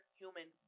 human